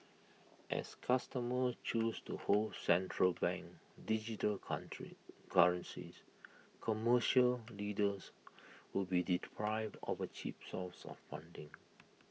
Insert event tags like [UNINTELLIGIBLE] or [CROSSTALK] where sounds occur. as customer choose to hold central bank digital [UNINTELLIGIBLE] currencies commercial lenders would be deprived of A cheap source of funding